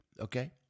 okay